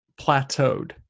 plateaued